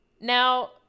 Now